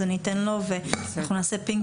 אז אני אתן לו ואנחנו נעשה פינג פונג.